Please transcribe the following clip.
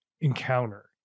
encounter